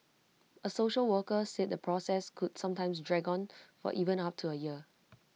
A social worker said the process could sometimes drag on for even up to A year